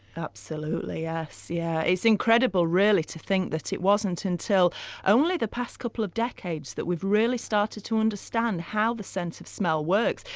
yes. yeah it's incredible, really, to think that it wasn't until only the past couple of decades that we've really started to understand how the sense of smell works.